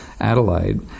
adelaide